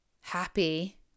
Happy